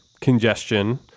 congestion